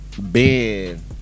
Ben